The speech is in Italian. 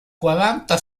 quaranta